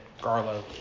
Garlo